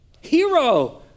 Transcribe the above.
Hero